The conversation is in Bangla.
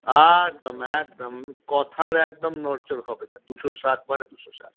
একদম একদম কথার একদম নড় চড় হবে না দুশো ষাট মানে দুশো ষাট